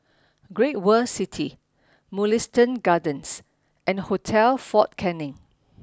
Great World City Mugliston Gardens and Hotel Fort Canning